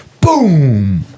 boom